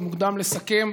עוד מוקדם לסכם.